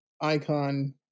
icon